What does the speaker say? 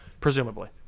presumably